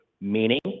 meaning